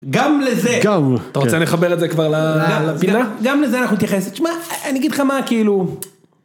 גם לזה גם אתה רוצה לחבר את זה לפינה כבר להגיד לך מה כאילו.